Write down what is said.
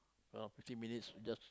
around fifteen minutes just